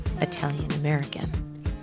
Italian-American